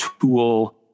tool